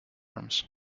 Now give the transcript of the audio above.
arms